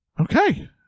Okay